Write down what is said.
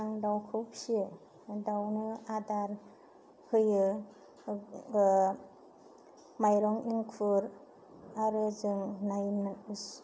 आं दावखौ फिसियो दावनि आदार होयो माइरं एंखुर आरो जों नाय